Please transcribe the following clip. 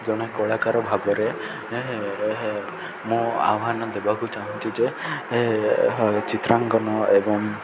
ଜଣେ କଳାକାର ଭାବରେ ମୁଁ ଆହ୍ୱାନ ଦେବାକୁ ଚାହୁଁଛି ଯେ ଚିତ୍ରାଙ୍କନ ଏବଂ